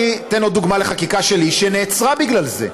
אני אתן עוד דוגמה לחקיקה שלי שנעצרה בגלל זה,